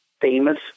famous